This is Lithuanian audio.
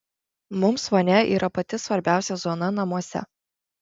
mums vonia yra pati svarbiausia zona namuose